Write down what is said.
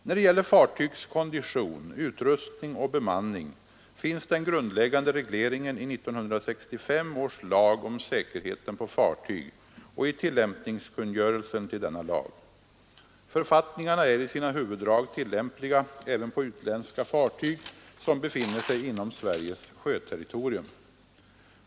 När det gäller fartygs kondition, utrustning och bemanning finns den grundläggande regleringen i 1965 års lag om säkerheten på fartyg och i tillämpningskungörelsen till denna lag. Författningarna är i sina huvuddrag tillämpliga även på utländska fartyg som befinner sig inom Sveriges sjöterritorium.